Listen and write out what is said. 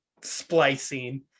splicing